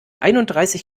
einunddreißig